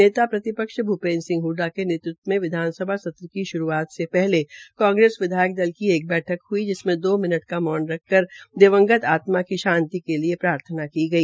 नेता प्रतिपक्ष भूपेन्द्र सिंह हडडा के नेतृत्व में विधानसभा संत्र की शुरूआत से पहले कांग्रेस विधायक दल की एक बैठक हई जिसे दो मिनट का मौन रख कर दिवंगत आत्मा की शांति के लिए प्रार्थना की गई